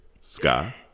Sky